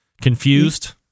confused